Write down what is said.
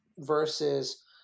Versus